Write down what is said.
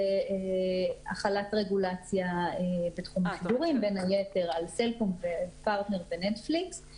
החלת רגולציה בתחום השידורים בין היתר על סלקום פרטנר ונטפליקס.